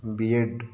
B ed